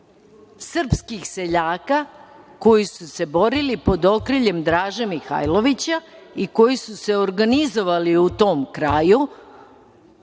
srpskih seljaka koji su se borili pod okriljem Draže Mihailovića i koji su se organizovali u tom kraju